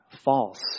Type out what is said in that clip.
false